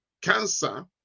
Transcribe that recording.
cancer